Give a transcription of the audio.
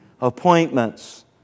Appointments